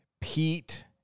Pete